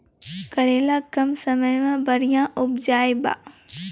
करेला कम समय मे बढ़िया उपजाई बा?